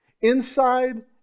inside